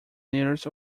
nearest